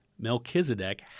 Melchizedek